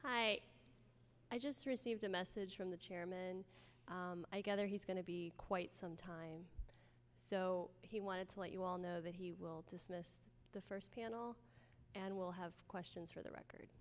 really i just received a message from the chairman i gather he's going to be quite some time so he wanted to let you all know that he will dismiss the first panel and will have questions for the record